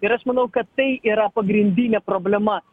ir aš manau kad tai yra pagrindinė problema